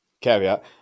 caveat